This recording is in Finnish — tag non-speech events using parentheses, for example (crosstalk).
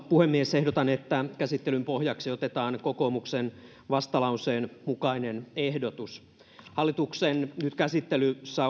(unintelligible) puhemies ehdotan että käsittelyn pohjaksi otetaan kokoomuksen vastalauseen mukainen ehdotus hallituksen nyt käsittelyssä (unintelligible)